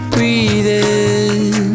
Breathing